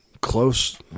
close